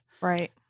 Right